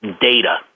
data